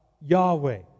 Yahweh